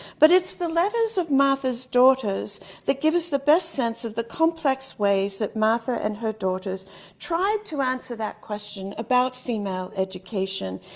but it's the letter of martha's daughters that give us the best sense of the complex ways that martha and her daughters tried to answer that question about female education,